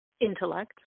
intellect